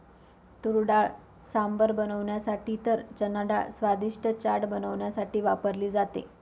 तुरडाळ सांबर बनवण्यासाठी तर चनाडाळ स्वादिष्ट चाट बनवण्यासाठी वापरली जाते